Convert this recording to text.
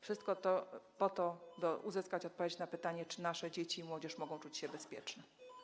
Wszystko to po to, by uzyskać odpowiedź na pytanie: Czy nasze dzieci i młodzież mogą czuć się bezpieczni?